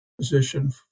position